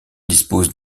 dispose